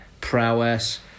prowess